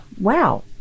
wow